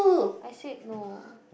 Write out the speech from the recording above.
I said no